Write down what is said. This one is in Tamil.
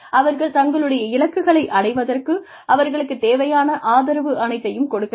அவர்கள் தங்களுடைய இலக்குகளை அடைவதற்கு அவர்களுக்குத் தேவையான ஆதரவு அனைத்தையும் கொடுக்க வேண்டும்